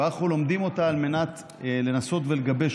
ואנחנו לומדים אותה על מנת לנסות ולגבש